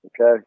Okay